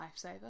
lifesaver